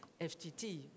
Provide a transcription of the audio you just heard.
FTT